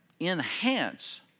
enhance